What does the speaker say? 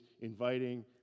inviting